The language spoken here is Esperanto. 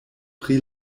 pri